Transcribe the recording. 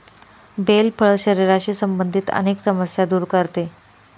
bell फळ शरीराशी संबंधित अनेक समस्या दूर करते